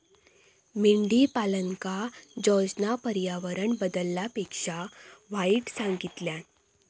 मेंढीपालनका जॉर्जना पर्यावरण बदलापेक्षा वाईट सांगितल्यान